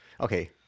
okay